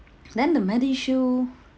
then the medishield